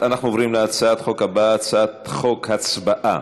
35 בעד, אין מתנגדים, אין נמנעים.